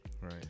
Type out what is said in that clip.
Right